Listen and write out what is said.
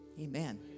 Amen